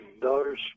daughters